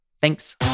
Thanks